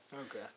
Okay